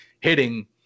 hitting